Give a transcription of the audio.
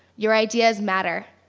your ideas matter.